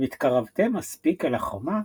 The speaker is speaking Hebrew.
והתקרבתם מספיק אל החומה,